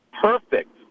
Perfect